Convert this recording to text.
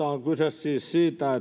siis siitä että